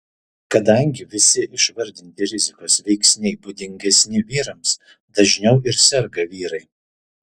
kadangi visi išvardinti rizikos veiksniai būdingesni vyrams dažniau ir serga vyrai